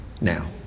now